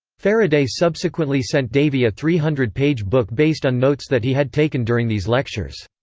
faraday subsequently sent davy a three hundred page book based on notes that he had taken during these lectures.